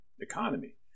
economy